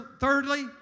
thirdly